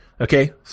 Okay